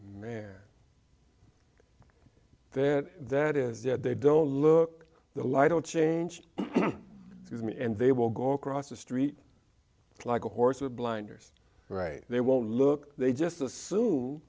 there that is that they don't look the light don't change and they will go across the street like a horse with blinders right they won't look they just assume